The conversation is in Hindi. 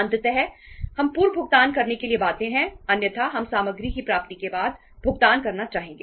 अंततः हम पूर्व भुगतान करने के लिए बाध्य हैं अन्यथा हम सामग्री की प्राप्ति के बाद भुगतान करना चाहेंगे